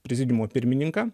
prezidiumo pirmininką